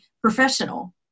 professional